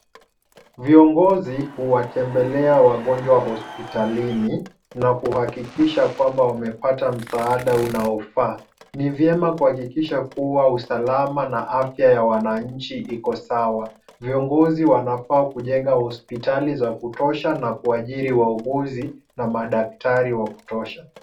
Viongozi huwatembelea wagonjwa hospitalini, na kuhakikisha kwamba wamepata msaada unaofaa. Ni vyema kuhakikisha kuwa usalama na afya ya wananchi iko sawa. Viongozi wanafaa kujenga hospitali za kutosha na kuajiri wauguzi na madaktari wa kutosha.